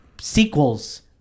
sequels